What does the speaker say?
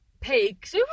pigs